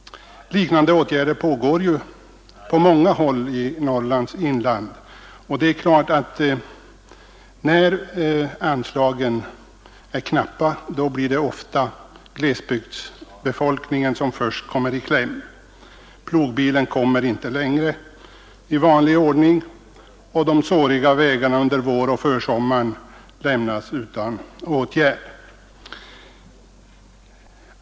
Liknande åtgärder pågår på många håll i Norrlands inland. När anslagen är knappa blir det ofta glesbygdsbefolkningen som kommer i kläm. Plogbilen kommer inte längre i vanlig ordning, och de såriga vägarna under våren och försommaren lämnas utan åtgärd.